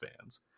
fans